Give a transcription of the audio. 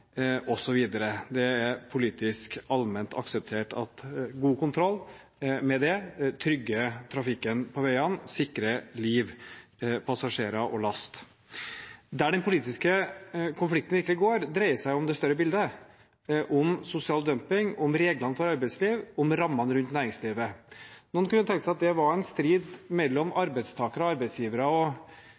Det er politisk allment akseptert at god kontroll med dette trygger trafikken på veiene og sikrer liv, passasjerer og last. Den politiske konflikten dreier seg om det større bildet, om sosial dumping, om reglene for arbeidslivet og om rammene rundt næringslivet. Man kunne tenke seg at det var en strid mellom arbeidstakere og arbeidsgivere, og